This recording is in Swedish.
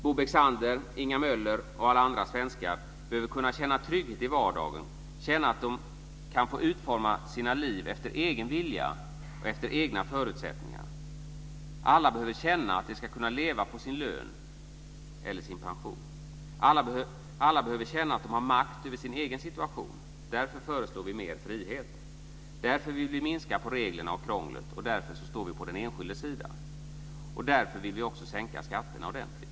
Bo Bexander, Inga Möller och alla andra svenskar behöver kunna känna trygghet i vardagen, känna att de kan få utforma sina liv efter egen vilja och efter egna förutsättningar. Alla behöver känna att de kan leva på sin lön eller sin pension. Alla behöver känna att de har makt över sin egen situation. Därför föreslår vi mer frihet. Därför vill vi minska på reglerna och krånglet. Därför står vi på den enskildes sida. Därför vill vi också sänka skatterna ordentligt.